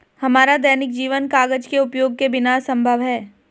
हमारा दैनिक जीवन कागज के उपयोग के बिना असंभव है